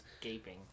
Gaping